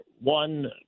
one